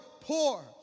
poor